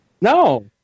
No